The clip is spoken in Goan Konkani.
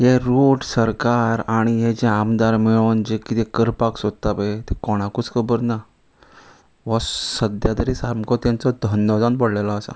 हे रोड सरकार आनी हे जे आमदार मेळोन जे कितें करपाक सोदता पळय ते कोणाकूच खबर ना हो सद्या तरी सामको तेंचो धंदो जावन पडलेलो आसा